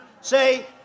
say